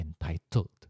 entitled